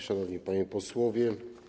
Szanowni Panowie Posłowie!